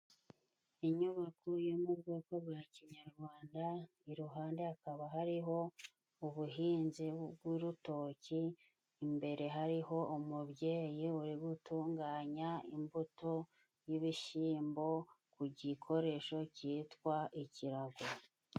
Inyubako yo mu bwoko bwa kinyarwanda, iruhande hakaba hariho ubuhinzi bw'urutoki, imbere hariho umubyeyi uri gutunganya imbuto y'ibishyimbo ku gikoresho cyitwa ikirago.